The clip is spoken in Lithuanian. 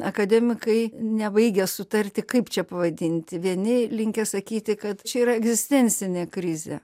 akademikai nebaigia sutarti kaip čia pavadinti vieni linkę sakyti kad čia yra egzistencinė krizė